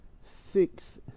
six